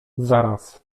zaraz